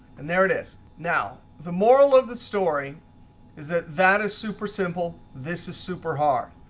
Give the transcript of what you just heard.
and there it is. now the moral of the story is that that is super simple. this is super hard.